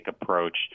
approach